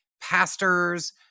pastors